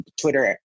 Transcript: Twitter